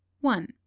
one